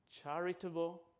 charitable